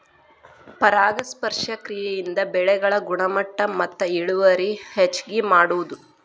ಪರಾಗಸ್ಪರ್ಶ ಕ್ರಿಯೆಯಿಂದ ಬೆಳೆಗಳ ಗುಣಮಟ್ಟ ಮತ್ತ ಇಳುವರಿ ಹೆಚಗಿ ಮಾಡುದು